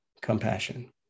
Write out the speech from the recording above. compassion